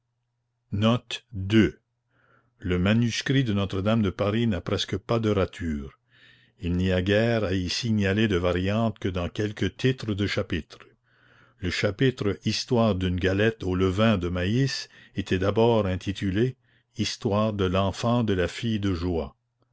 note ii le manuscrit de notre-dame de paris n'a presque pas de ratures il n'y a guère à y signaler de variantes que dans quelques titres de chapitres le chapitre histoire d'une galette au levain de maïs était d'abord intitulé histoire de l'enfant de la fille de joie